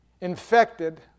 infected